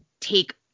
take